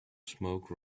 smoke